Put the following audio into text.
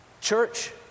Church